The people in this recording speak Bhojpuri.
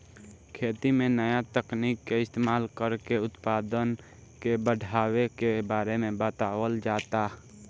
खेती में नया तकनीक के इस्तमाल कर के उत्पदान के बढ़ावे के बारे में बतावल जाता